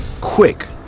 quick